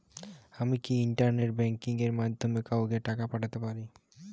আমি কি internet banking এর মাধ্যমে কাওকে টাকা পাঠাতে পারি?